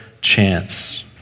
chance